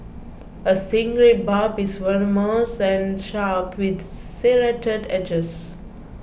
a stingray's barb is venomous and sharp with serrated edges